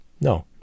No